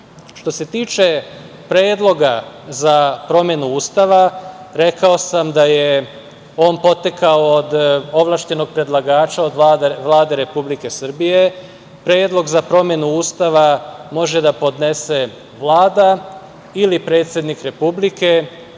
se tiče Predloga za promenu Ustava rekao sam da je on potekao od ovlašćenog predlagača, od Vlade Republike Srbije. Predlog za promenu Ustava može da podnese Vlada ili predsednik Republike